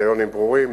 קריטריונים ברורים,